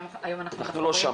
היום אנחנו לא שם.